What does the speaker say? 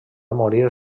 morir